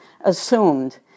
assumed